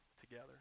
together